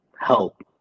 help